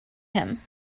him